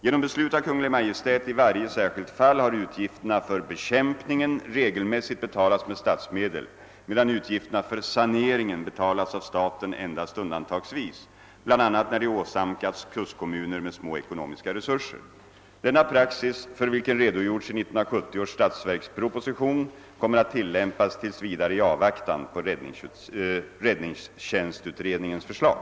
Genom beslut av Kungl. Maj:t i varje särskilt fall har utgifterna för bekämpning regelmässigt betalats med statsmedel, medan utgifterna för saneringen betalats av staten endast undantagsvis, bl.a. när de åsamkats kustkommuner med små ekonomiska resurser. Denna praxis, för vilken redogjorts i 1970 års statsverksproposition, kommer att tillämpas tills vidare i avvaktan på räddningstjänstutredningens förslag.